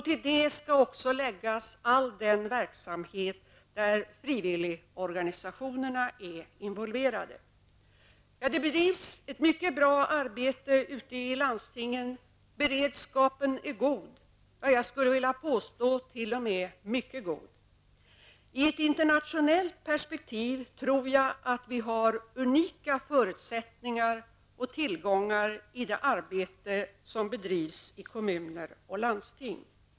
Till detta skall läggas all verksamhet där frivilligorganisationerna är involverade. Det bedrivs ett mycket bra arbete ute i landstingen. Beredskapen är god -- jag skulle t.o.m. vilja påstå mycket god. I ett internationellt perspektiv tror jag att vi har unika förutsättningar och tillgångar i det arbete som bedrivs i kommuner och landsting.